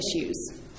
issues